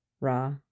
raw